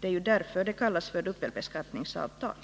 Det är ju därför det kallas för dubbelbeskattningsavtal.